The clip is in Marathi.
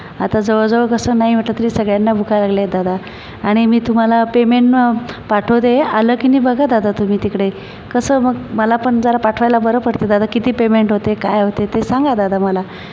आता जवळ जवळ कसं नाही म्हटलं तरी सगळ्यांना भुका लागल्या आहेत दादा आणि मी तुम्हाला पेमेंट पाठवते आलं की नाही बघा दादा तुम्ही तिकडे कसं मग मला पण जरा पाठवायला बरं पडतं दादा किती पेमेंट होतं आहे काय होतं आहे ते सांगा दादा मला